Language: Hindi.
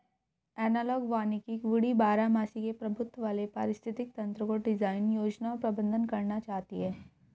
एनालॉग वानिकी वुडी बारहमासी के प्रभुत्व वाले पारिस्थितिक तंत्रको डिजाइन, योजना और प्रबंधन करना चाहती है